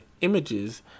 images